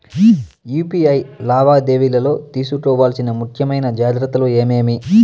UPI లావాదేవీలలో తీసుకోవాల్సిన ముఖ్యమైన జాగ్రత్తలు ఏమేమీ?